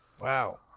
Wow